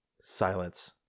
Silence